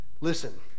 Listen